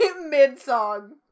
mid-song